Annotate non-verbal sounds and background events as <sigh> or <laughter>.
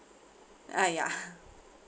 ah ya <laughs>